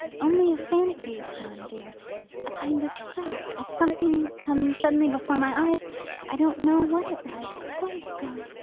only a fancy, john dear a kind of shock a something coming suddenly before my eyes i don't know what it was. it's quite gone,